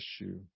issue